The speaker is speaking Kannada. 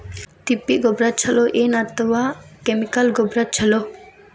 ತಿಪ್ಪಿ ಗೊಬ್ಬರ ಛಲೋ ಏನ್ ಅಥವಾ ಕೆಮಿಕಲ್ ಗೊಬ್ಬರ ಛಲೋ?